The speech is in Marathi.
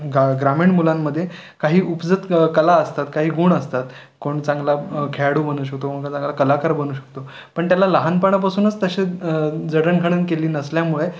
गा ग्रामीण मुलांमध्ये काही उपजत कला असतात काही गुण असतात कोण चांगला खेळाडू बनू शकतो मोठा चांगला कलाकार बनू शकतो पण त्याला लहानपणापासूनच तसे जडणघडण केली नसल्यामुळे